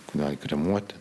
kūną kremuoti